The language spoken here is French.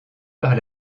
par